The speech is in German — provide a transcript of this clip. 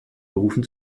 berufen